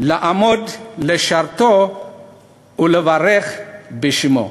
/ לעמוד לשרתו ולברך בשמו".